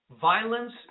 Violence